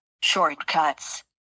Shortcuts